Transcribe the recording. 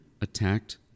attacked